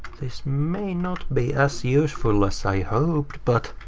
this may not be as useful as i hoped but